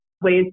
ways